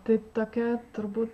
tai tokia turbūt